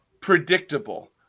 predictable